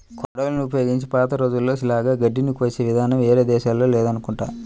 కొడవళ్ళని ఉపయోగించి పాత రోజుల్లో లాగా గడ్డిని కోసే ఇదానం వేరే దేశాల్లో లేదనుకుంటా